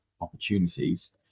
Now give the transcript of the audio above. opportunities